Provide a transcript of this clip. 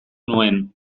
nuen